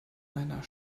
einer